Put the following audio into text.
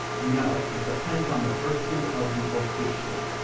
no. it depends on the virtue of the officiate.